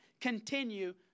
continue